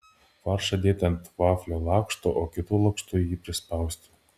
faršą dėti ant vaflio lakšto o kitu lakštu jį prispausti